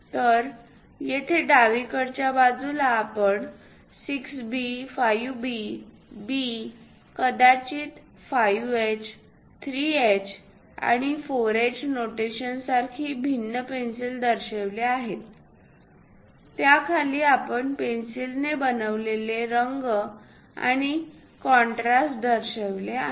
तर येथे डावीकडच्या बाजूला आपण 6B 5B B कदाचित 5H 3H आणि 4H नोटेशन सारखी भिन्न पेन्सिल दर्शविली आहेत त्या खाली आपण पेन्सिलने बनविलेले रंग आणि कॉन्ट्रास्ट दर्शविले आहेत